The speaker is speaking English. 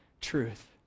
truth